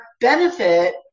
benefit